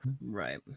right